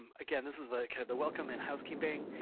again, this is the kind of the welcome and housekeeping.